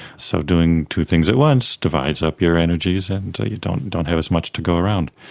so doing two things at once divides up your energies and you don't don't have as much to go around.